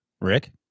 Rick